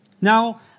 Now